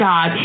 God